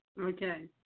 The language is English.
Okay